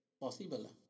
possible